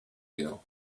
girl